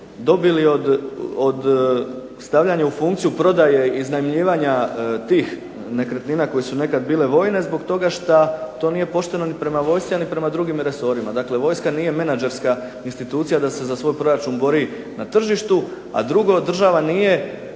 dobili od stavljanja u funkciju prodaje i iznajmljivanja tih nekretnina koje su nekada bile vojne, zbog toga što to nije pošteno ni prema vojsci ni prema drugim resorima. Dakle, vojska nije menadžerska institucija da se za svoj proračun bori na tržištu. A drugo, država nije